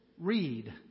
Read